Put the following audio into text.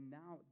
now